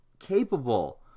Capable